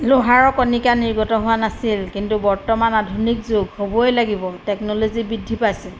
লোহাৰৰ কনিকা নিৰ্গত হোৱা নাছিল কিন্তু বৰ্তমান আধুনিক যুগ হ'বই লাগিব টেকন'ল'জি বৃদ্ধি পাইছে